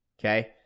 Okay